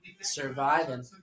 surviving